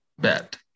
bet